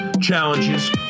challenges